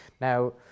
now